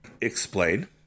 Explain